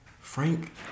Frank